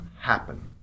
happen